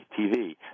TV